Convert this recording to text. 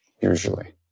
usually